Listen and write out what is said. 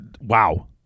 wow